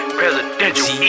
presidential